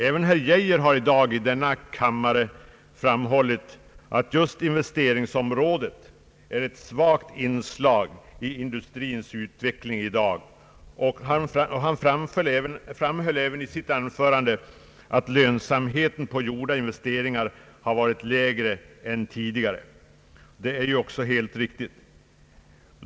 Även herr Geijer har i dag i denna kammare framhållit att just investeringsområdet är ett svagt inslag i industrins utveckling i dag. Han betonade även i sitt anförande att lönsamheten på gjorda investeringar har varit lägre än tidigare. Det är ju också helt riktigt.